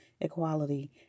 equality